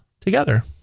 together